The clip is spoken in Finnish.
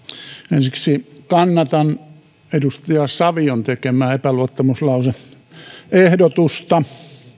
ensiksi kannatan edustaja savion tekemää epäluottamuslause ehdotusta